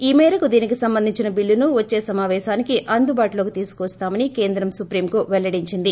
ఈ మేరకు దీనికి సంబంధించిన బిల్లును వచ్చే సమావేశానికి అందుబాటులోకి తీసుకువస్తామని కేంద్రం సుప్రీంకు వెల్లడించింది